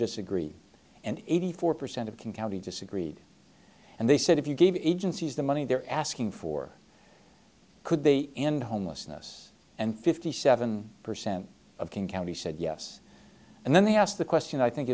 disagree and eighty four percent of can county disagreed and they said if you gave agencies the money they're asking for could they end homelessness and fifty seven percent of king county said yes and then they asked the question i think